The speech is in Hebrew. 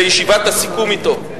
בישיבת הסיכום אתו: